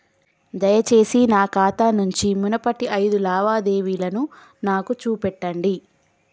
దయచేసి నా ఖాతా నుంచి మునుపటి ఐదు లావాదేవీలను నాకు చూపెట్టండి